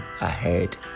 ahead